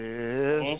Yes